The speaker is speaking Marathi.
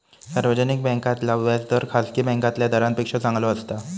सार्वजनिक बॅन्कांतला व्याज दर खासगी बॅन्कातल्या दरांपेक्षा चांगलो असता